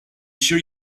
sure